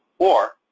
or,